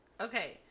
Okay